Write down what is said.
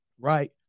Right